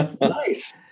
Nice